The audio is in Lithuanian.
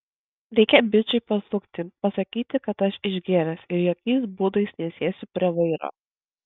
reikia bičui pasukti pasakyti kad aš išgėręs ir jokiais būdais nesėsiu prie vairo